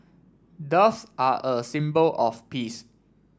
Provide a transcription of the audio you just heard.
doves are a symbol of peace